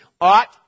ought